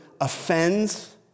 offends